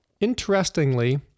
Interestingly